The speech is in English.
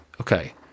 Okay